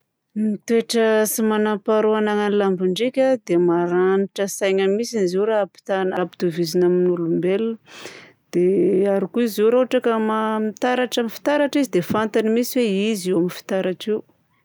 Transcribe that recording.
Toetra tsy manam-paharoa ananan'ny lambodriaka dia maranitra saigna mihitsy izy io raha ampitaha- ampitovizina amin'ny olombelona. Dia ary koa izy io raha ohatra ka ma- mitaratra amin'ny fitaratra izy dia fantany mihitsy hoe izy io amin'ny fitaratra io.